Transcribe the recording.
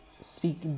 speak